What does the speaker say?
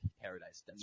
paradise